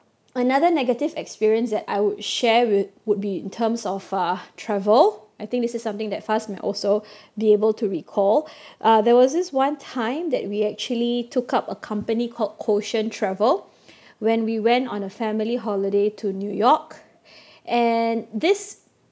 another negative experience that I would share with would be in terms of uh travel I think this is something that Faz may also be able to recall uh there was this one time that we actually took up a company called quotient travel when we went on a family holiday to new york and this